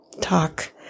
talk